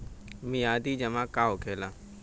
मियादी जमा का होखेला?